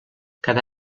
cada